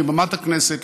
מבמת הכנסת,